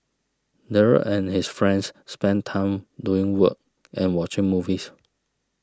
Daryl and his friends spent time doing work and watching movies